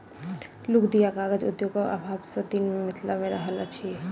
लुगदी आ कागज उद्योगक अभाव सभ दिन सॅ मिथिला मे रहल अछि